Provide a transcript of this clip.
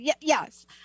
Yes